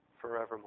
forevermore